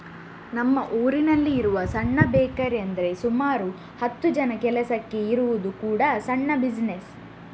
ನಮ್ಮ ಊರಿನಲ್ಲಿ ಇರುವ ಸಣ್ಣ ಬೇಕರಿ ಅಂದ್ರೆ ಸುಮಾರು ಹತ್ತು ಜನ ಕೆಲಸಕ್ಕೆ ಇರುವುದು ಕೂಡಾ ಸಣ್ಣ ಬಿಸಿನೆಸ್